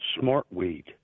smartweed